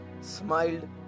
smiled